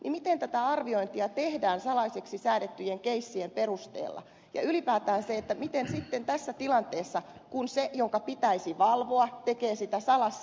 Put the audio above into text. miten tätä arviointia tehdään salaisiksi säädettyjen keissien perusteella ja miten se ylipäätään tapahtuu sitten tässä tilanteessa kun se jonka pitäisi valvoa tekee sitä salassa